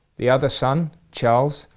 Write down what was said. the other son, charles,